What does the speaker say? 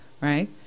Right